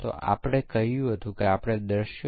તેથી તમે DDT spray વાપરશો